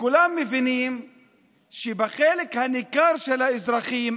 כולם מבינים שחלק ניכר מהאזרחים,